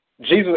Jesus